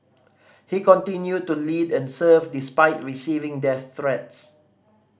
he continued to lead and serve despite receiving death threats